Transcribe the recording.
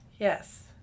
yes